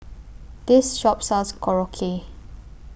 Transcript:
This Shop sells Korokke